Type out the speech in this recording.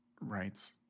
rights